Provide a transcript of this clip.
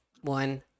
one